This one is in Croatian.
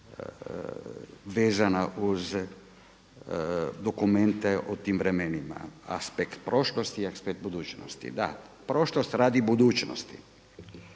vezana uz dokumente o tim vremenima, aspekt prošlosti i aspekt budućnost. Da, prošlost radi budućnosti.